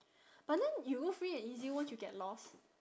but then you go free and easy won't you get lost